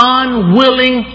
unwilling